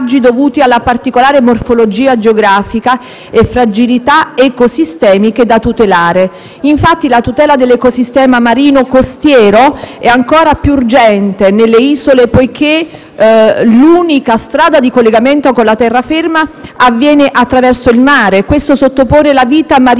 dovuti alla particolare morfologia geografica e fragilità ecosistemiche da tutelare. Infatti, la tutela dell'ecosistema marino e costiero è ancora più urgente nelle isole, poiché l'unica strada di collegamento con la terraferma avviene attraverso il mare e questo sottopone la vita marina